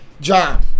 John